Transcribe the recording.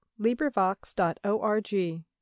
LibriVox.org